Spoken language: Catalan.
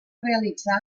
realitzar